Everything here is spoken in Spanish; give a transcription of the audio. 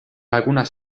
algunas